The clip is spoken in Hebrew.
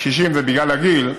הקשישים זה בגלל הגיל,